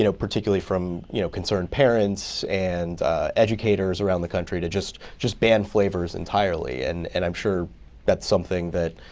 you know particularly from you know concerned parents and educators around the country to just just ban flavors entirely. and and i'm sure that's something that